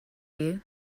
you